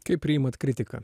kaip priimat kritiką